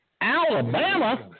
Alabama